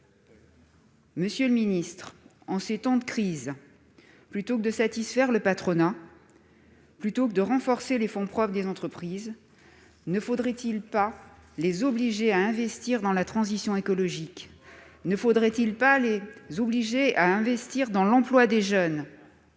Monsieur le ministre, en ces temps de crise, plutôt que de satisfaire le patronat, plutôt que de renforcer les fonds propres des entreprises, ne faudrait-il pas les obliger à investir dans la transition écologique ? Ne faudrait-il pas les obliger à investir dans l'emploi des jeunes ?